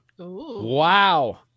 Wow